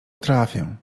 trafię